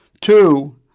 Two